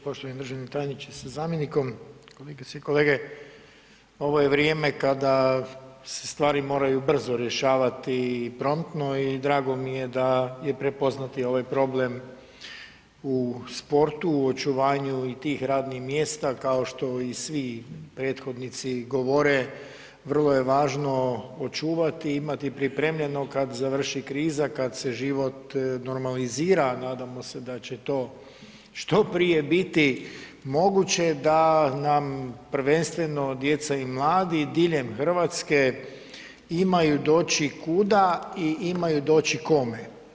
Poštovani državni tajniče sa zamjenikom, kolegice i kolege ovo je vrijeme kada se stvari moraju brzo rješavati i promptno i drago mi je da je prepoznati ovaj problem u sportu, u očuvanju i tih radnih mjesta kao što i svi prethodnici govore, vrlo je važno očuvati i imati pripremljeno kad završi kriza, kad se život normalizira, nadamo se da će to što prije biti moguće, da nam prvenstveno djeca i mladi diljem Hrvatske imaju doći kuda i imaju doći kome.